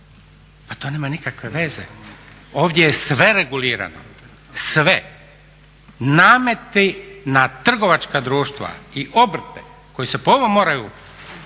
Pa to nema nikakve veze, ovdje je sve regulirano, sve. Nameti na trgovačka društva i obrte koji se po ovome moraju